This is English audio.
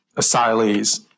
asylees